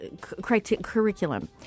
curriculum